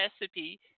recipe